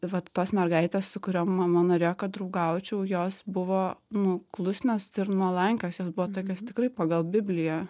vat tos mergaitės su kuriom mama norėjo kad draugaučiau jos buvo nu klusnios ir nuolankios jos buvo tokios tikrai pagal bibliją